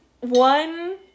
one